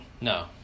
No